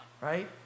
right